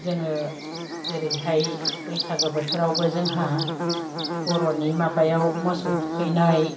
जोङो जेरैहाय बैसागो बोथोरावबो जोंहा बर'नि माबायाव मोसौ थुखैनाय